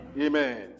Amen